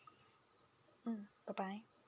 mm bye bye